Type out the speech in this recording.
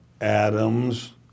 Adams